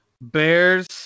Bears